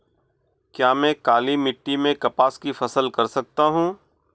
क्या मैं काली मिट्टी में कपास की फसल कर सकता हूँ?